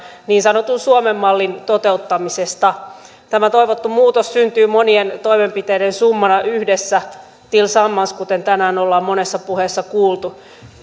niin sanotun suomen mallin toteuttamisesta tämä toivottu muutos syntyy monien toimenpiteiden summana yhdessä tillsammans kuten tänään ollaan monessa puheessa kuultu